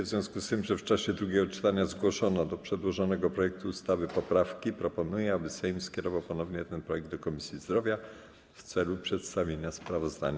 W związku z tym, że w czasie drugiego czytania zgłoszono do przedłożonego projektu ustawy poprawki, proponuję, aby Sejm skierował ponownie ten projekt do Komisji Zdrowia w celu przedstawienia sprawozdania.